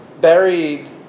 buried